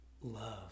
love